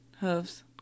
Hooves